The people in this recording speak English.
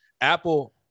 Apple